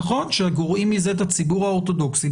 נכון שגורעים מזה את הציבור האורתודוכסי,